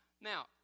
Now